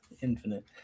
infinite